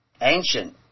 ancient